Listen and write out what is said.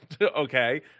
okay